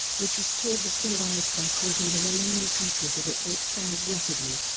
which restored the symbiote by causing the remaining pieces of it to expand rapidly.